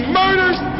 murders